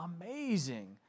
amazing